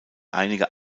einige